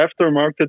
aftermarket